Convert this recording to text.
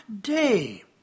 day